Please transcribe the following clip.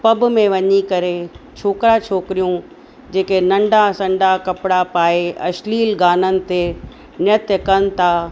pub में वञी करे छोकिरा छोकिरियूं जेके नंढा संढा कपिड़ा पाए अश्लील गाननि ते नृत्य कनि था